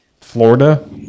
florida